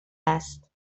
است